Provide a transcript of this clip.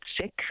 sick